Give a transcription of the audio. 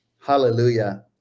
Hallelujah